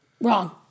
Wrong